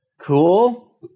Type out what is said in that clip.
Cool